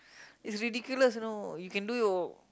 it's ridiculous you know you can do your